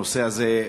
הנושא הזה,